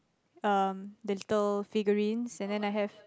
um the little figurines and then I have